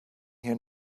here